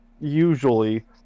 usually